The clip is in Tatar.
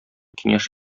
киңәш